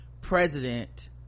president